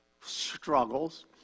struggles